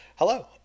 Hello